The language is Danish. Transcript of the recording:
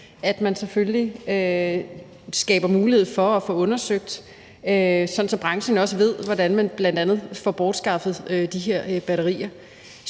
at man selvfølgelig skaber mulighed for at få undersøgt, hvordan man kan sikre, at branchen også ved, hvordan man bl.a. får bortskaffet de her batterier.